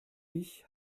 ich